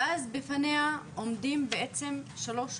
ואז בפניה עומדים בעצם שלוש אופציות: